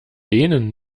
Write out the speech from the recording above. denen